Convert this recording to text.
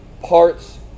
parts